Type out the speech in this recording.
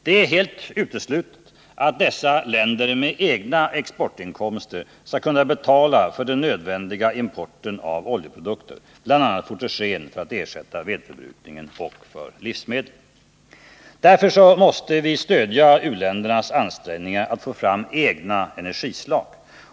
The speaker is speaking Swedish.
Det är helt uteslutet att dessa länder skall kunna betala med egna exportinkomster för den nödvändiga importen av oljeprodukter — bl.a. fotogen för att ersätta vedförbrukning — och av livsmedel. Därför måste vi stödja u-ländernas ansträngningar att få fram egna energislag.